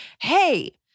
hey